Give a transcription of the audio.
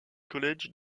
college